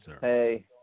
Hey